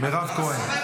ואני אומרת לכם,